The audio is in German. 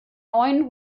neuen